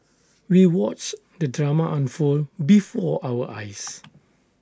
we watched the drama unfold before our eyes